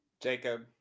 Jacob